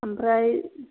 ओमफ्राय